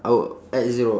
I will add zero